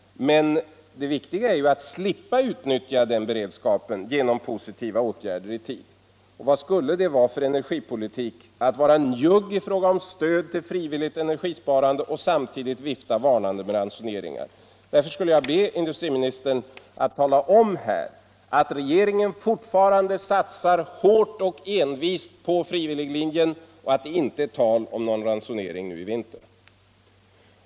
Men det viktiga är ju att slippa utnyttja den beredskapen genom positiva åtgärder i tid. Vad skulle det vara för energipolitik att visa sig njugg i fråga om stöd till frivilligt energisparande och samtidigt vifta varnande med ransoneringar? Därför skulle jag vilja be industriministern att här tala om att'regeringen fortfarande satsar hårt och envist på frivilliglinjen och att det inte är tal om någon ransonering nu i vinter.